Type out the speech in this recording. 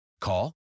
Call